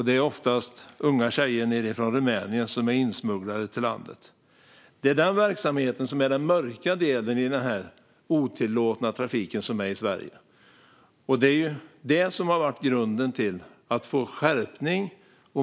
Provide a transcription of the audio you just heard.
Det är oftast unga tjejer från Rumänien som smugglas in i landet. Det är den verksamheten som är den mörka delen i den här otillåtna trafiken som finns i Sverige, och det är det som har varit grunden till att få en skärpning.